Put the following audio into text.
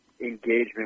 engagement